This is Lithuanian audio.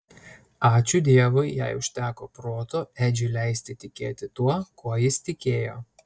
ačiū dievui jai užteko proto edžiui leisti tikėti tuo kuo jis tikėjo